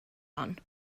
hon